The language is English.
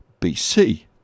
BC